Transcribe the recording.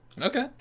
Okay